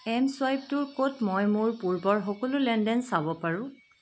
M চুৱাইপটোৰ ক'ত মই মোৰ পূৰ্বৰ সকলো লেনদেন চাব পাৰোঁ